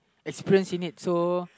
experience in it so